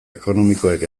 ekonomikoek